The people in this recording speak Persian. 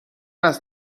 است